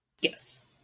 Yes